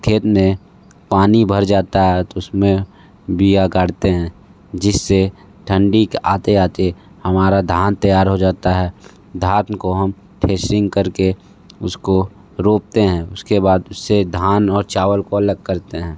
खेत में पानी भर जाता है तो उसमें बिया गाड़ते हैं जिससे ठंडी का आते आते हमारा धान तैयार हो जाता है धान को हम फेसिंग करके उसको रोपते हैं उसके बाद से धान और चावल को अलग करते है